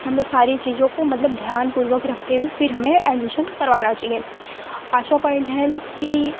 हमें सारी चीज़ों को मतलब ध्यानपूर्वक रखते फ़िर हमें एडमिशन करवाना चाहिए पाँचवां पॉइंट है कि